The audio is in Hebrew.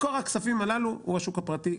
מקור הכספים הללו הוא השוק הפרטי,